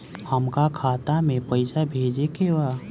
हमका खाता में पइसा भेजे के बा